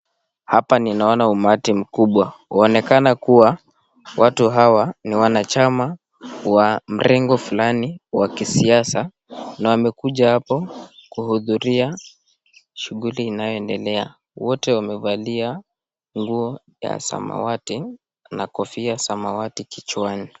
Hapa ninaona umati mkubwa unaonekana kuwa watu hawa ni wanachama wa mrengo fulani wa kisiasa na wamekuja hapo kuhudhuria shughuli inayoendelea wote wamevalia nguo ya samawati na kofia samawati kichwani.